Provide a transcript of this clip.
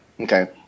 Okay